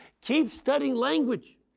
keep studying language.